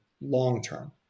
long-term